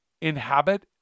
inhabit